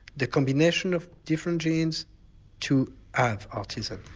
the combination of different genes to have autism.